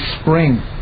spring